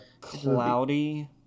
cloudy